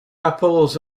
apples